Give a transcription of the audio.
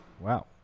Wow